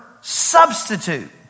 substitute